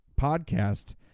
podcast